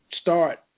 start